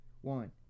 One